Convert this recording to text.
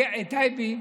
טייבי,